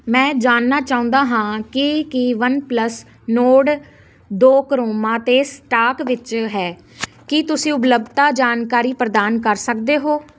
ਮੈਂ ਜਾਣਨਾ ਚਾਹੁੰਦਾ ਹਾਂ ਕਿ ਕੀ ਵਨਪਲੱਸ ਨੋਰਡ ਦੋ ਕਰੋਮਾ 'ਤੇ ਸਟਾਕ ਵਿੱਚ ਹੈ ਕੀ ਤੁਸੀਂ ਉਪਲੱਬਧਤਾ ਜਾਣਕਾਰੀ ਪ੍ਰਦਾਨ ਕਰ ਸਕਦੇ ਹੋ